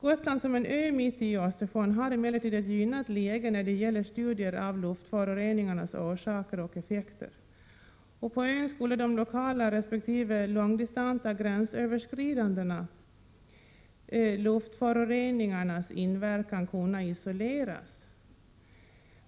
Som ömitt i Östersjön har Gotland emellertid ett gynnat läge när det gäller Prot. 1987/88:134 studier av luftföroreningarnas orsaker och effekter. På ön skulle de lokala 6 juni 1988 resp. långdistanta gränsöverskridande luftföroreningarnas inverkan kunna isoleras.